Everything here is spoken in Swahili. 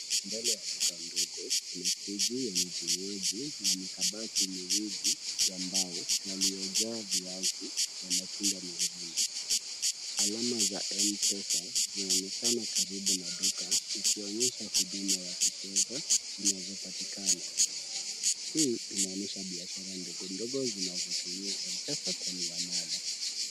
Mbele ya duka ndogo kuna friji yenye vinywaji na mikabati miwili ya mbao yaliyojaa viazi na matunda mengine. Alama za M-pesa zinaonekana karibu na duka ikionyesha huduma ya kifedha zinazopatikana. Hii inaonyesha biashara ndogo ndogo zinazotumia M-pesa kwa miamala.